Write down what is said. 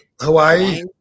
hawaii